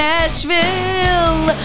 Nashville